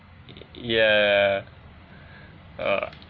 yeah err